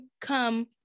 come